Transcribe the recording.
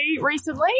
recently